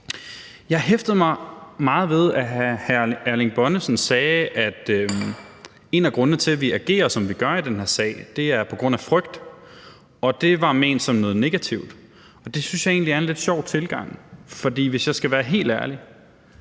har hæftet mig meget ved, at hr. Erling Bonnesen sagde, at en af grundene til, at vi agerer, som vi gør, i den her sag, er frygt. Det var ment som noget negativt. Det synes jeg egentlig er en lidt sjov tilgang, for hvis jeg skal være helt ærlig,